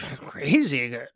crazy